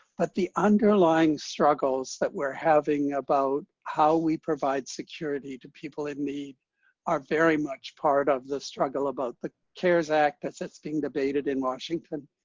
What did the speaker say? but the underlying struggles that we're having about how we provide security to people in need are very much part of the struggle about the cares act that's that's being debated in washington.